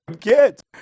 kids